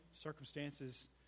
circumstances